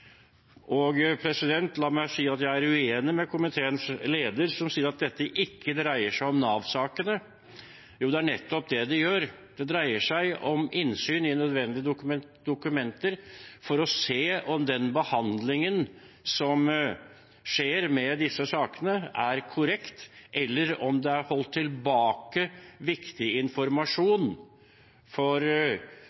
La meg si at jeg er uenig med komiteens leder, som sier at dette ikke dreier seg om Nav-sakene. Det er nettopp det det gjør. Det dreier seg om innsyn i nødvendige dokumenter for å se om den behandlingen som skjer med disse sakene, er korrekt, eller om det er holdt tilbake viktig